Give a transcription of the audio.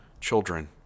children